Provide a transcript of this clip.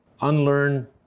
unlearn